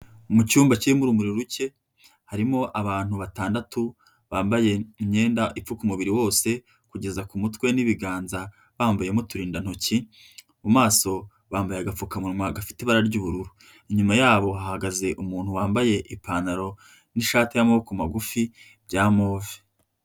Mu cyumba kirimo urumuri ruke, harimo abantu batandatu bambaye imyenda ipfuka umubiri wose kugeza ku mutwe n'ibiganza bambayemo uturindantoki, mu maso bambaye agapfukamunwa gafite ibara ry'ubururu inyuma yabo hahagaze umuntu wambaye ipantaro n'ishati y'amaboko magufi bya movi.